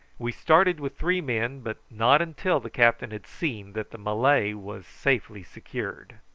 we started with three men, but not until the captain had seen that the malay was safely secured.